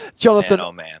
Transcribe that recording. Jonathan